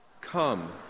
Come